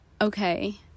okay